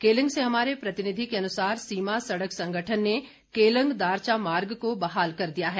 केलंग से हमारे प्रतिनिधि के अनुसार सीमा सड़क संगठन ने केलंग दारचा मार्ग को बहाल कर दिया है